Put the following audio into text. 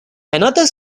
another